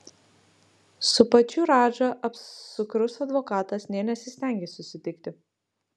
su pačiu radža apsukrus advokatas nė nesistengė susitikti